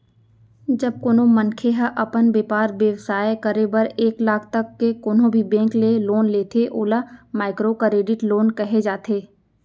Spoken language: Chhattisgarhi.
जब कोनो मनखे ह अपन बेपार बेवसाय करे बर एक लाख तक के कोनो भी बेंक ले लोन लेथे ओला माइक्रो करेडिट लोन कहे जाथे